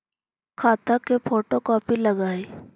खाता के photo copy लगहै?